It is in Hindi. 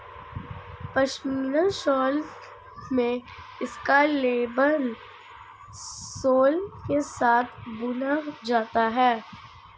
पश्मीना शॉल में इसका लेबल सोल के साथ बुना जाता है